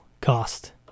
cost